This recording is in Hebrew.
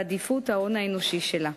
בעדיפות ההון האנושי שלה.